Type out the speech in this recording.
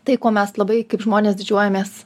tai ko mes labai kaip žmonės didžiuojamės